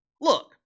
Look